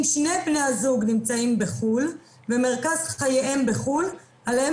אם שני בני הזוג נמצאים בחו"ל ומרכז חייהם לחו"ל עליהם